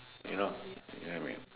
you know you know what I mean or not